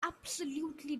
absolutely